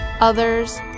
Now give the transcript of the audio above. others